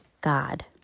God